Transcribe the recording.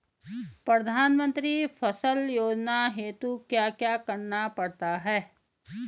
प्रधानमंत्री फसल योजना हेतु क्या क्या करना पड़ता है?